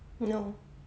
no